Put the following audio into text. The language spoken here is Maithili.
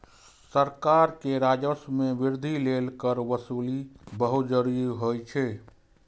सरकार के राजस्व मे वृद्धि लेल कर वसूली बहुत जरूरी होइ छै